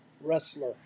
wrestler